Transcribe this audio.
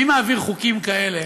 מי מעביר חוקים כאלה?